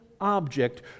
object